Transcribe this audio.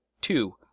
Two